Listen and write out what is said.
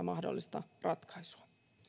mahdollista ratkaisua